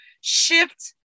shift